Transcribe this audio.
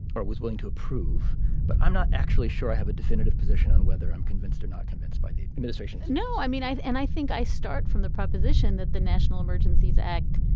or was willing to approve but i'm not actually sure i have a definitive position on whether i'm convinced or not convinced by the administration no i mean i and i think i start from the proposition that the national emergencies act